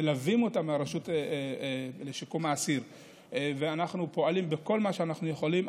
הרשות לשיקום האסיר מלווה אותם ואנחנו פועלים ככל שאנחנו יכולים.